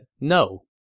no